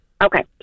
Okay